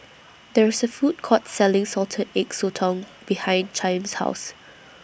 There IS A Food Court Selling Salted Egg Sotong behind Chaim's House